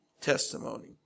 testimony